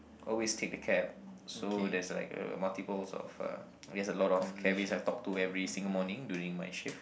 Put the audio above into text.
always take the cab so there's like uh multiples of uh there's a lot of cabbies I talk to during my shift